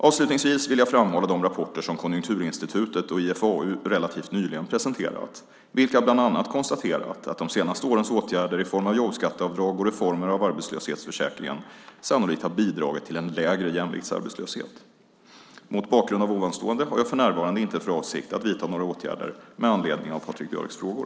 Avslutningsvis vill jag framhålla de rapporter som Konjunkturinstitutet och IFAU relativt nyligen presenterat, vilka bland annat konstaterat att de senaste årens åtgärder i form av jobbskatteavdrag och reformer av arbetslöshetsförsäkringen sannolikt har bidragit till en lägre jämviktsarbetslöshet. Mot bakgrund av ovanstående har jag för närvarande inte för avsikt att vidta några åtgärder med anledning av Patrik Björcks frågor.